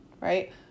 Right